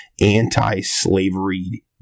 anti-slavery